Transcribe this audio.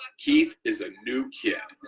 keith is a new kid,